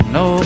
no